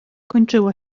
kończyło